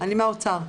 אני מהאוצר.